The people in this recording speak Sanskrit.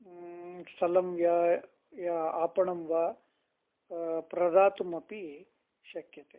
स्थलं या या आपणं वा प्रदातुमपि शक्यते